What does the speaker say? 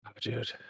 Dude